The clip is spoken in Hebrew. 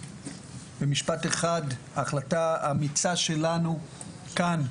במשפט אחד החלטה אמיצה שלנו כאן,